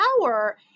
power